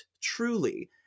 truly